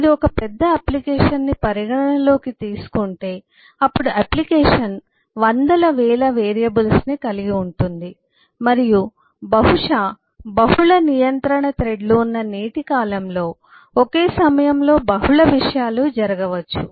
మీరు ఒక పెద్ద అప్లికేషన్ ని పరిగణనలోకి తీసుకుంటే అప్పుడు అప్లికేషన్ వందల వేల వేరియబుల్స్ కలిగి ఉంటుంది మరియు బహుశా బహుళ నియంత్రణ థ్రెడ్లు ఉన్న నేటి కాలంలో ఒకే సమయంలో బహుళ విషయాలు జరగవచ్చు